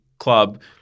club